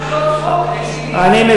זה ממש לא צחוק, אני רציני לגמרי.